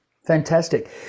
Fantastic